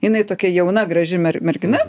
jinai tokia jauna graži mer mergina